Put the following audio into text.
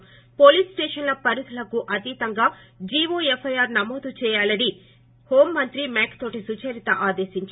థి పోలీసు స్టేషన్ల పరిదిలకు అతీతంగా జీరో ఎఫ్ఐఆర్ నమోదు చేయాలని హోంమంత్రి మేకతోటి సుచరిత ఆదేశించారు